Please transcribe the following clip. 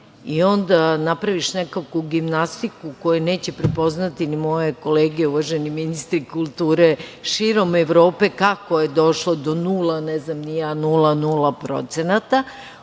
i onda napraviš nekakvu gimnastiku koju neće prepoznati ni moje kolege uvaženi ministri kulture širom Evrope kako je došlo do nula, nula, nula procenata,